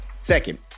second